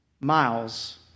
miles